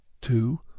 two